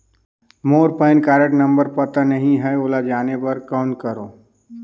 मोर PAN card number पता नहीं है, ओला जाने बर कौन करो?